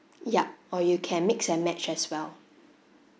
yup or you can mix and match as well